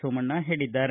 ಸೋಮಣ್ಣ ಹೇಳಿದ್ದಾರೆ